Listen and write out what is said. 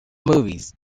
movies